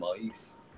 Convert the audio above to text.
mice